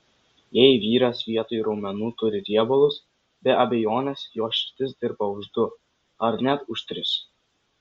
jei vyras vietoj raumenų turi riebalus be abejonės jo širdis dirba už du ar net už tris